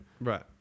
Right